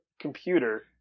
computer